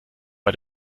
bei